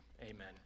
Amen